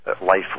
life